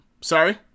Sorry